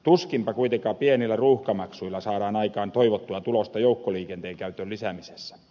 tuskinpa kuitenkaan pienillä ruuhkamaksuilla saadaan aikaan toivottua tulosta joukkoliikenteen käytön lisäämisessä